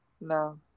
No